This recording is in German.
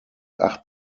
acht